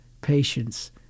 patience